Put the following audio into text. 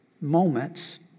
moments